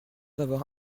avoir